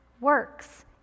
works